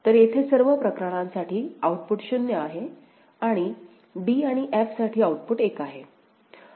तर येथे सर्व प्रकरणांसाठी आउटपुट 0 आहे आणि d आणि f साठी आउटपुट 1 आहे